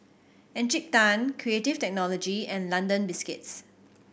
Encik Tan Creative Technology and London Biscuits